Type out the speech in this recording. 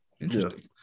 Interesting